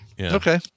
Okay